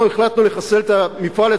אנחנו החלטנו לחסל את המפעל הציוני?